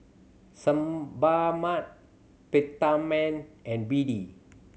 Sebamed Peptamen and B D